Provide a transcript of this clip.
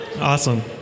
Awesome